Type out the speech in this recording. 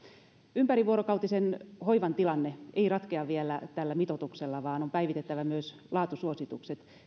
ympärivuorokautisen hoivan tilanne ei ratkea vielä tällä mitoituksella vaan on päivitettävä myös laatusuositukset